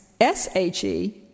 S-H-E